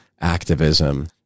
activism